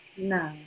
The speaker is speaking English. No